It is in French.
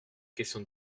questions